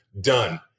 Done